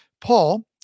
Paul